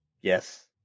Yes